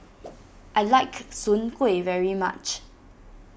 I like Soon Kueh very much